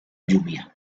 lluvia